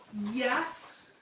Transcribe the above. yes,